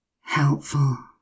helpful